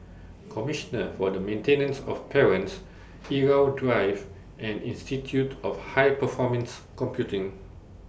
Commissioner For The Maintenance of Parents Irau Drive and Institute of High Performance Computing